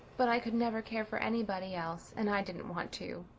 but i could never care for anybody else and i didn't want to.